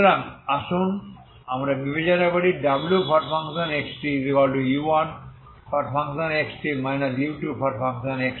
সুতরাং আসুন আমরা বিবেচনা করি wxtu1xt u2xt